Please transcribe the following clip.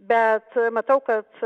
bet matau kad